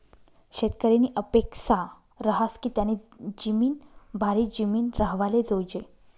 शेतकरीनी अपेक्सा रहास की त्यानी जिमीन भारी जिमीन राव्हाले जोयजे